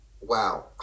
wow